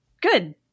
Good